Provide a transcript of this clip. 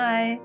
Bye